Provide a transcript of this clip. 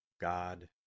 God